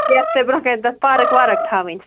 بیٚیہِ آسوٕ تۄہہِ برٛونٛہہ کَنہِ تَتھ پارک وارَک تھاوٕنۍ